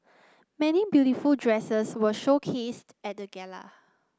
many beautiful dresses were showcased at the gala